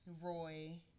Roy